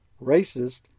racist